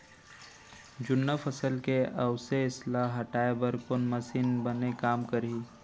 जुन्ना फसल के अवशेष ला हटाए बर कोन मशीन बने काम करही?